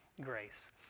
Grace